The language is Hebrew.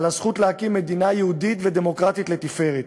על הזכות להקים מדינה יהודית ודמוקרטית לתפארת.